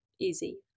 Easy